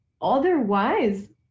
otherwise